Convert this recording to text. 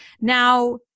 Now